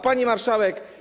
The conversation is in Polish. Pani Marszałek!